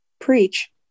Preach